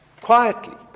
quietly